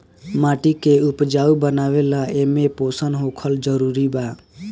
माटी के उपजाऊ बनावे ला एमे पोषण होखल जरूरी बा